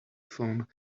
phone